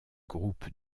groupe